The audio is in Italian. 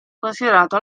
considerato